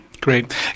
Great